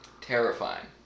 Terrifying